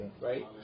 Right